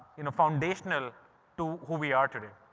you know, foundational to who we are today.